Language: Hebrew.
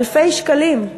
אלפי שקלים,